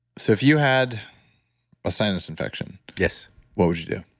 so if you had a sinus infection yes what would you do?